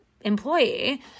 employee